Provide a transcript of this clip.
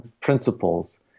principles